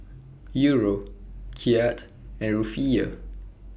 Euro Kyat and Rufiyaa